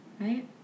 right